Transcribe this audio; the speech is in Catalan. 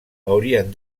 haurien